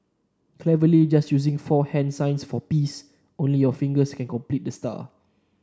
cleverly just using four hands signs for peace only your fingers can complete the star